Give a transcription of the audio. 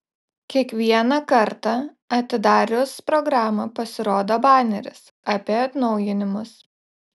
kiekvieną kartą atidarius programą pasirodo baneris apie atnaujinimus